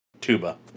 Tuba